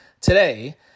today